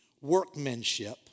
workmanship